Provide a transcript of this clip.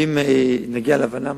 ואם נגיע להבנה,